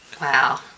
Wow